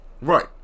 Right